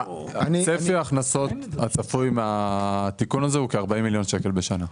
צפי ההכנסות הצפוי מהתיקון הזה הוא כ-40 מיליון ₪ בשנה.